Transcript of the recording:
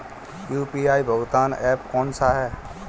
UPI भुगतान app कौन सा है?